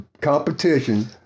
competition